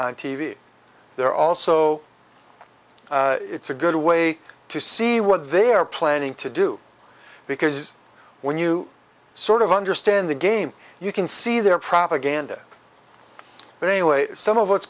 on t v they're also it's a good way to see what they are planning to do because when you sort of understand the game you can see their propaganda but anyway some of what's